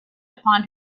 upon